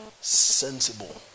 sensible